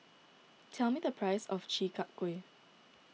tell me the price of Chi Kak Kuih